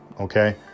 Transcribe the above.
Okay